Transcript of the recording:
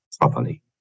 properly